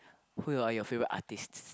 who are your favourite artists